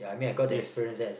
yes